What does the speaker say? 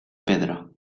pedra